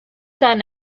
son